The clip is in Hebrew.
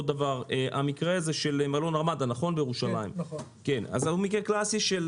המקרה של מלון רמדה בירושלים הוא מקרה קלסי של